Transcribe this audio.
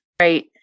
Right